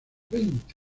veinte